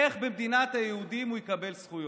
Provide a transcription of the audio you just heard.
איך במדינת היהודים הוא יקבל זכויות,